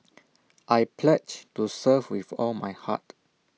I pledge to serve with all my heart